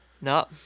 No